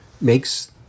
makes